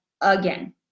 again